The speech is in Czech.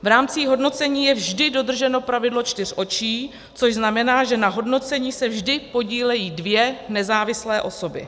V rámci hodnocení je vždy dodrženo pravidlo čtyř očí, což znamená, že na hodnocení se vždy podílejí dvě nezávislé osoby.